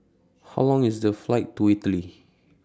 How Long IS The Flight to Italy